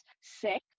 sick